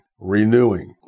renewing